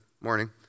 Morning